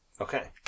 Okay